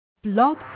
Blog